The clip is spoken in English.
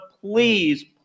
please